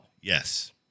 Yes